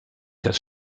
das